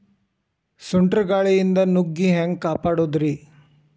ಸುಂಟರ್ ಗಾಳಿಯಿಂದ ನುಗ್ಗಿ ಹ್ಯಾಂಗ ಕಾಪಡೊದ್ರೇ?